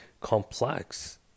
complex